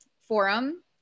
forum